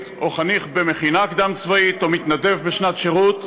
או חניך במכינה קדם-צבאית או מתנדב בשנת שירות,